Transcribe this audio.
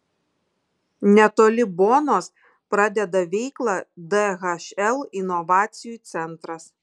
netoli bonos pradeda veiklą dhl inovacijų centras